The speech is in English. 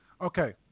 Okay